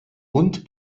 und